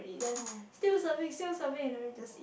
oh